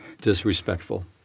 disrespectful